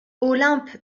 olympe